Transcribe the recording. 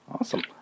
awesome